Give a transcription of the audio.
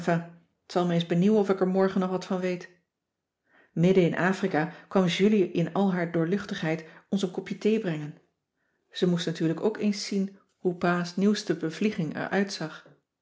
t zal me eens benieuwen of ik er morgen nog wat van weet midden in afrika kwam julie in al haar doorluchtigheid ons een kopje thee brengen ze moest natuurlijk ook eens zien hoe pa's nieuwste bevlieging er uitzag